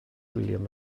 william